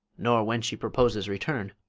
nor when she purposes return.